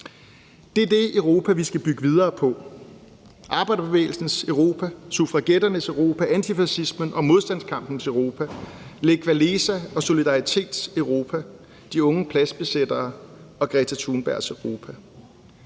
Det er det Europa, vi skal bygge videre på – arbejderbevægelsens Europa, suffragetternes Europa, antifascismen og modstandskampens Europa, Lech Wałęsa og Solidaritets Europa og de unge pladsbesætteres og Greta Thunbergs Europa.